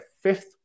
fifth